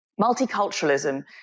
Multiculturalism